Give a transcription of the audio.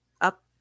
Up